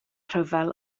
rhyfel